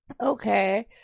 Okay